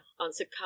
answered